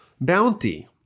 bounty